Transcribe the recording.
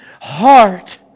heart